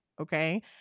Okay